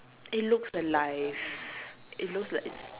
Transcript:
it looks alive it looks like it's